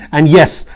and yes,